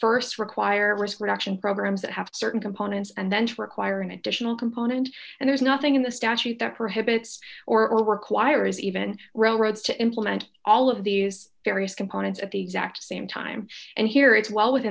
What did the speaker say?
to st require risk reduction programs that have certain components and then require an additional component and there's nothing in the statute that prohibits or all require is even roads to implement all of these various components at the exact same time and here it's well with